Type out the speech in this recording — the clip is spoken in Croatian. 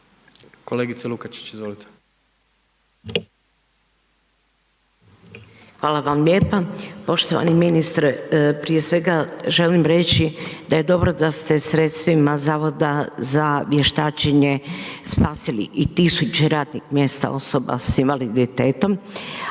izvolite. **Lukačić, Ljubica (HDZ)** Hvala vam lijepa. Poštovani ministre. Prije svega želim reći da je dobro da ste sredstvima Zavoda za vještačenje spasili i tisuće radnih mjesta osoba s invaliditetom